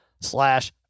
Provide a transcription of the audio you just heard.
slash